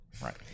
right